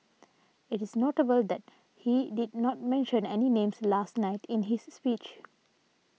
it is notable that he did not mention any names last night in his speech